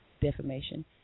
defamation